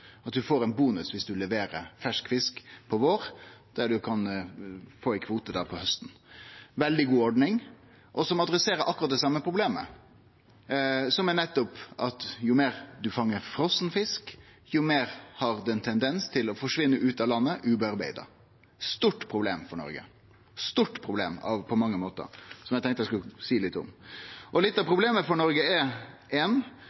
ein kvote på hausten. Det er ei veldig god ordning som tar for seg akkurat det same problemet, som er at jo meir ein fangar frosen fisk, jo meir har det ein tendens til å forsvinne ut av landet utan å vere tilverka. Det er eit stort problem for Noreg, eit stort problem på mange måtar, som eg tenkte eg skulle seie litt om. Litt av